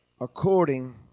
according